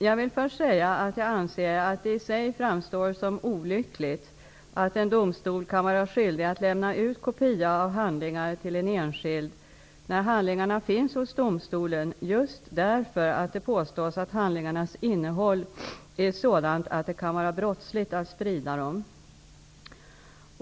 Jag vill först säga att jag anser att det i sig framstår som olyckligt att en domstol kan vara skyldig att lämna ut kopia av handlingar till en enskild, när handlingarna finns hos domstolen just därför att det påstås att handlingarnas innehåll är sådant att det kan vara brottsligt att sprida dem.